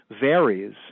varies